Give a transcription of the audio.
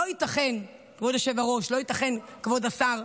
לא ייתכן, כבוד היושב-ראש, לא ייתכן, כבוד השר,